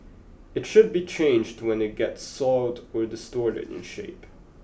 it should be changed when it gets soiled or distorted in shape